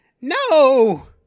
No